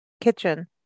kitchen